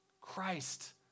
Christ